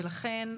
ולכן,